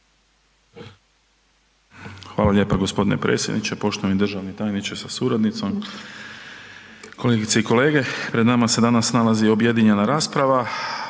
Hvala lijepo g. predsjedniče, poštovani državni tajniče sa suradnicom, kolegice i kolege. Pred nama se danas nalazi objedinjena rasprava